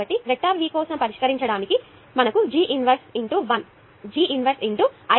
కాబట్టి vector V కోసం పరిష్కరించడానికి మనకు G 1 × I ఉంది